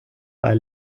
bei